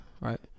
right